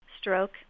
stroke